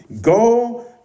go